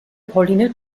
pauline